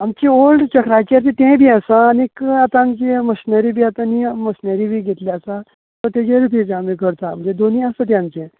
आमचीं ऑल्ड चक्राचेर बी तेंय बी आसा आनीक आतांचे मशनरी बी मशनरी बीय घेतली आसा सो तेजेर भी चडशे आमी करतात तें दोनूय आसा तें आमचें